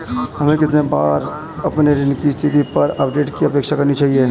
हमें कितनी बार अपने ऋण की स्थिति पर अपडेट की अपेक्षा करनी चाहिए?